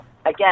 Again